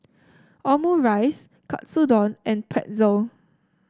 Omurice Katsudon and Pretzel